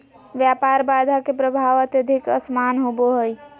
व्यापार बाधा के प्रभाव अत्यधिक असमान होबो हइ